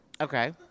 Okay